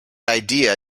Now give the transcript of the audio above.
idea